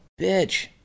bitch